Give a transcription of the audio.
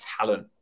talent